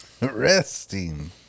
Resting